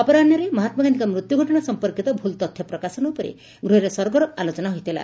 ଅପରାହ୍ବରେ ମହାତ୍ବା ଗାନ୍ଧିଙ୍କ ମୃତ୍ୟୁ ଘଟଣା ସମ୍ମର୍କୀତ ଭୁଲ୍ ତଥ୍ୟ ପ୍ରକାଶନ ଉପରେ ଗୃହରେ ସରଗରମ ଆଲୋଚନା ହୋଇଥିଲା